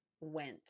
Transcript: went